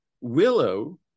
Willow